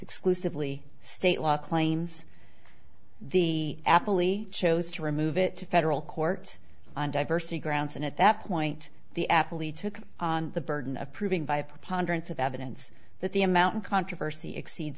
exclusively state law claims the apple e chose to remove it to federal court on diversity grounds and at that point the apple e took on the burden of proving by a preponderance of evidence that the amount of controversy exceed